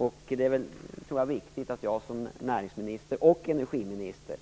Jag tror det är viktigt att jag som näringsminister och energiminister